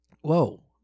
Whoa